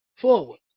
forward